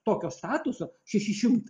tokio statuso šeši šimtai